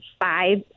five